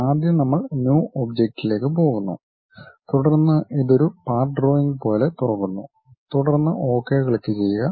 ആദ്യം നമ്മൾ ന്യു ഒബ്ജക്റ്റിലേക്ക് പോകുന്നു തുടർന്ന് ഇത് ഒരു പാർട്ട് ഡ്രോയിംഗ് പോലെ തുറക്കുന്നു തുടർന്ന് ഒകെ ക്ലിക്കുചെയ്യുക